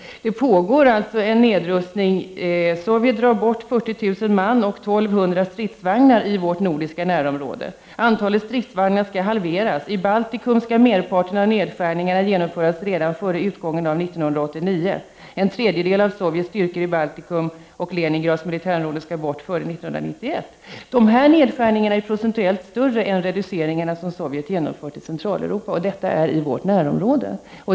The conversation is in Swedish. Det pågår en nedrustning. Sovjet drar bort 40000 man och 1200 stridsvagnar i vårt nordiska närområde. Antalet stridsvagnar skall halveras. I Baltikum skall merparten av nedskärningarna genomföras redan före utgången av 1989. En tredjedel av Sovjets styrkor i Baltikum och Leningrads militärområde skall bort före 1991. De här nedskärningarna är procentuellt större än reduceringarna som Sovjet genomför i Centraleuropa, och detta är i vårt närområde.